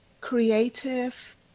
creative